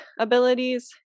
abilities